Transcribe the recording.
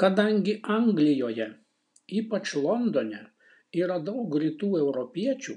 kadangi anglijoje ypač londone yra daug rytų europiečių